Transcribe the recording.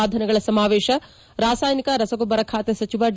ಸಾಧನಗಳ ಸಮಾವೇಶ ರಾಸಾಯನಿಕ ರಸಗೊಬ್ಬರ ಖಾತೆ ಸಚಿವ ಡಿ